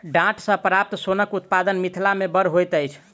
डांट सॅ प्राप्त सोनक उत्पादन मिथिला मे बड़ होइत अछि